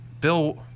Bill